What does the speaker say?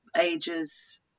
ages